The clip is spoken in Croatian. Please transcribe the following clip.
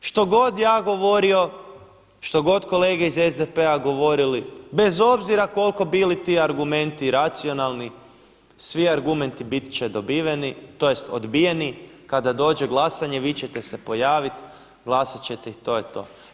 Što god ja govorio, što god kolege iz SDP-a govorili bez obzira koliko bili ti argumenti racionalni svi argumenti biti će dobiveni tj. odbijeni kada dođe glasanje vi ćete se pojavit, glasat ćete i to je to.